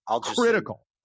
critical